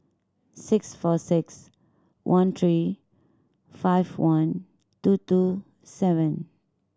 six four six one three five one two two seven